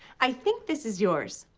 i think this is yours.